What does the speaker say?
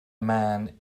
man